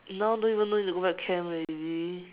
now don't even need to go back to camp already